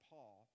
Paul